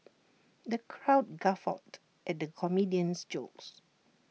the crowd guffawed at the comedian's jokes